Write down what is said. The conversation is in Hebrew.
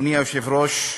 אדוני היושב-ראש,